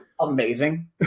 amazing